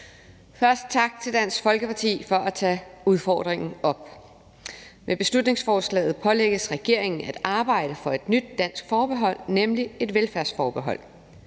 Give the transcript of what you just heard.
sige tak til Dansk Folkeparti for at tage udfordringen op. Med beslutningsforslaget pålægges regeringen at arbejde for et nyt dansk forbehold, nemlig et velfærdsforbehold.